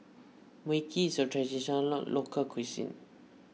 Mui Kee is a Traditional Local Cuisine